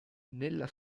nella